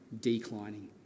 declining